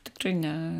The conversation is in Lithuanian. tikrai ne